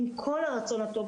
עם כל הרצון הטוב,